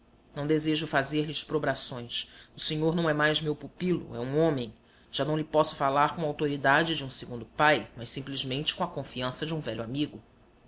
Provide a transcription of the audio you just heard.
não desejo fazer-lhe exprobrações o senhor não é mais meu pupilo é um homem já não lhe posso falar com autoridade de um segundo pai mas simplesmente com a confiança de um velho amigo